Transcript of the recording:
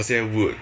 那些 wood